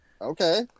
okay